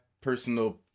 personal